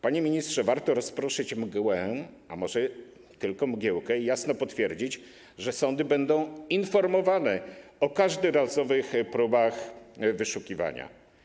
Panie ministrze, warto rozproszyć mgłę, a może tylko mgiełkę, i jasno potwierdzić, że sądy będą informowane o każdorazowych próbach wyszukiwania.